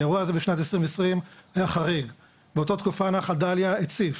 כי האירוע הזה בשנת 2020 היה חריג ובאותה התקופה נחל דליה הציף